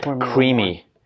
creamy